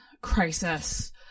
crisis